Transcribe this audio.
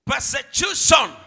Persecution